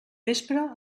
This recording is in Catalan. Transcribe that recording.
vespre